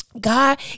God